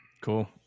cool